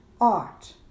art